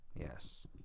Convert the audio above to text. Yes